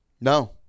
No